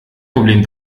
problem